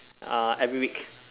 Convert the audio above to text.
uh every week